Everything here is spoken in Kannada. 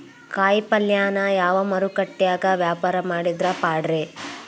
ಕಾಯಿಪಲ್ಯನ ಯಾವ ಮಾರುಕಟ್ಯಾಗ ವ್ಯಾಪಾರ ಮಾಡಿದ್ರ ಪಾಡ್ರೇ?